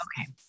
okay